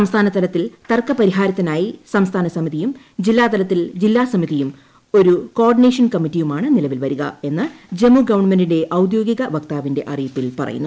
സംസ്ഥാനതലത്തിൽ തർക്ക പരിഹാരത്തിനായി സംസ്ഥാന സമിതിയും ജില്ലാ തലത്തിൽ ജില്ലാ സമിതിയും ഒരു കോർഡിനേഷൻ കമ്മിറ്റിയുമാണ് നിലവിൽ വരിക എന്ന് ജമ്മു ഗവൺമെന്റിന്റെ ഔദ്യോഗിക വക്താവിന്റെ അറിയിപ്പിൽ പറയുന്നു